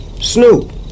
Snoop